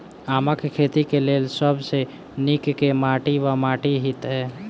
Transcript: आमक खेती केँ लेल सब सऽ नीक केँ माटि वा माटि हेतै?